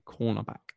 cornerback